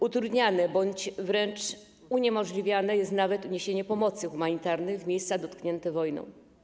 Utrudniane bądź wręcz uniemożliwiane jest nawet niesienie pomocy humanitarnej w miejsca dotknięte wojną.